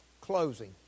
closing